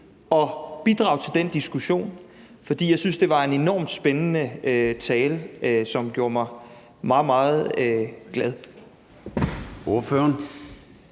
at bidrage til den diskussion? For jeg synes, det var en enormt spændende tale, som gjorde mig meget, meget glad.